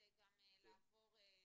לא,